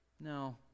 No